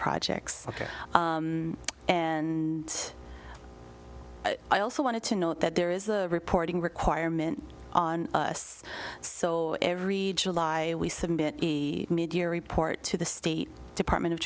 projects ok and i also wanted to note that there is a reporting requirement on us so every july we submit a media report to the state department of